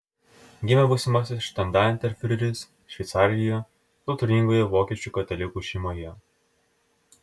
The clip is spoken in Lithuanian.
gimė būsimasis štandartenfiureris šveicarijoje kultūringoje vokiečių katalikų šeimoje